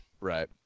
Right